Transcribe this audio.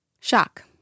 shock